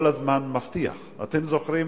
--- ההסדרים,